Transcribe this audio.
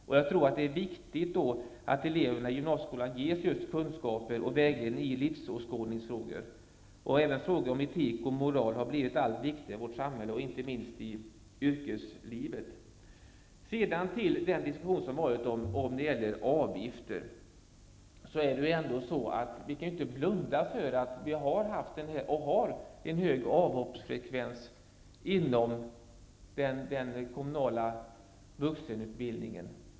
Det är viktigt att eleverna i gymnasieskolan ges kunskaper och vägledning i livsåskådningsfrågor. Frågor om etik och moral har blivit allt viktigare i vårt samhälle, inte minst i yrkeslivet. Det har förts en diskussion om avgifter. Vi kan inte blunda för att vi har haft och fortfarande har en hög avhoppsfrekvens inom den kommunala vuxenutbildningen.